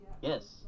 Yes